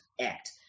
act